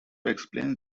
explains